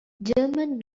german